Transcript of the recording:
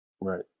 Right